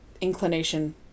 inclination